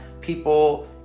people